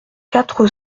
quatre